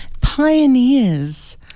pioneers